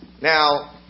Now